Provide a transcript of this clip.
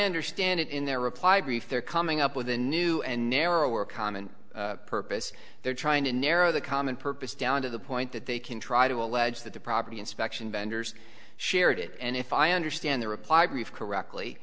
understand it in their reply brief they're coming up with a new and narrower common purpose they're trying to narrow the common purpose down to the point that they can try to allege that the property inspection vendors shared it and if i understand the reply brief correctly